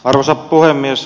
arvoisa puhemies